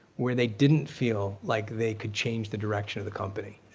where they didn't feel like they could change the direction of the company,